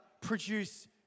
produce